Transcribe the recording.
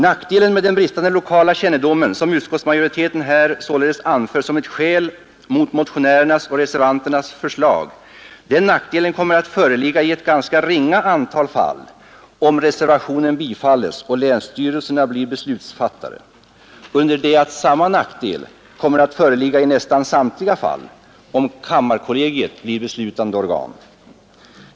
Nackdelen med den bristande lokala kännedomen, som utskotts majoriteten således anför som ett skäl mot motionärernas och reservanternas förslag, kommer att föreligga i ett ganska ringa antal fall om reservationen bifalles och länsstyrelserna blir beslutsfattare, under det att samma nackdel kommer att föreligga i nästan samtliga fall, om kammarkollegiet blir beslutande organ.